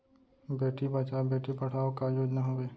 बेटी बचाओ बेटी पढ़ाओ का योजना हवे?